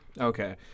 Okay